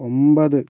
ഒൻപത്